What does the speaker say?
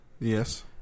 Yes